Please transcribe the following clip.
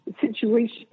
situation